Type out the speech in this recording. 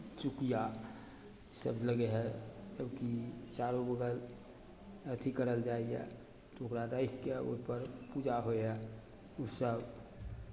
चुकिआसभ लगै हइ सभके चारू बगल अथि करल जाइ हइ ओकरा राखि कऽ ओहिपर पूजा होइ हइ इसभ